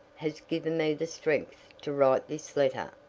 has given me the strength to write this letter. ah,